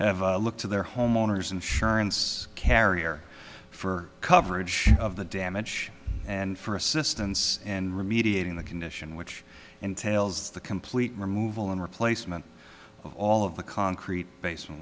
have a look to their homeowner's insurance carrier for coverage of the damage and for assistance and remediating the condition which entails the complete removal and replacement of all of the concrete basement